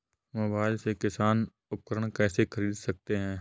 Mobile से किसान उपकरण कैसे ख़रीद सकते है?